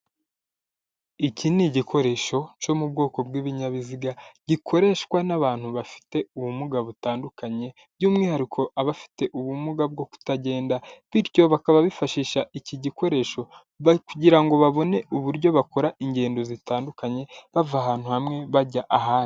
Iki ni igikoresho cyo mu bwoko bw'ibinyabiziga gikoreshwa n'abantu bafite ubumuga butandukanye by'umwihariko abafite ubumuga bwo kutagenda, bityo bakaba bifashisha iki gikoresho kugira ngo babone uburyo bakora ingendo zitandukanye bava ahantu hamwe bajya ahandi.